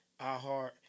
iHeart